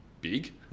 big